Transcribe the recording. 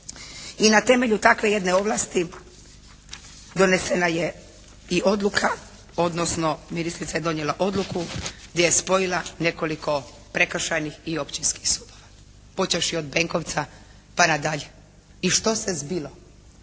i na temelju takve jedne ovlasti donesena je i odluka, odnosno ministrica je donijela odluku gdje je spojila nekoliko prekršajnih i općinskih sudova, počevši od Benkovca pa na dalje. I što se zbilo.